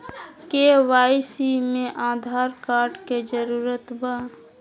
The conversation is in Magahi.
के.वाई.सी में आधार कार्ड के जरूरत बा?